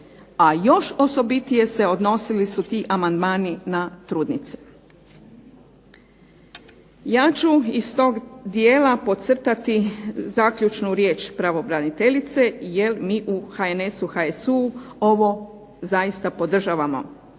a još osobitije odnosili su se ti amandmani na trudnice. Ja ću iz tog dijela podcrtati zaključnu riječ pravobraniteljice jer mi u HNS-u HSU-U ovo zaista podržavamo.